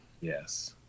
Yes